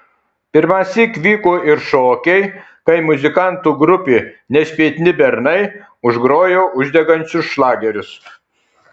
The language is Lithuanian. pirmąsyk vyko ir šokiai kai muzikantų grupė nešpėtni bernai užgrojo uždegančius šlagerius